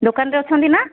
ଦୋକାନରେ ଅଛନ୍ତି ନା